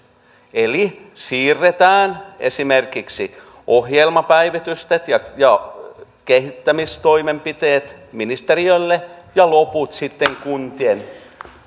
eli siirretään esimerkiksi ohjelmapäivitykset ja kehittämistoimenpiteet ministeriölle ja loput sitten kuntien